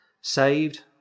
saved